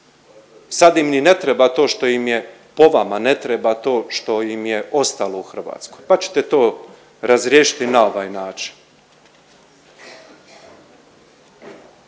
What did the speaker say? sad im ni ne treba to što im je, po vama ne treba to što im je ostalo u Hrvatskoj pa ćete to razriješiti na ovaj način.